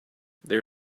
there